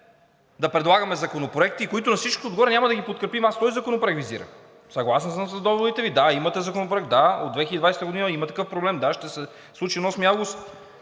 да предлагаме законопроекти, които на всичкото отгоре няма да ги подкрепим. Аз този законопроект визирам. Съгласен съм с доводите Ви, да, имате законопроект, да, от 2020 г., има такъв проблем, да, ще се случи на 8 август,